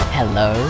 Hello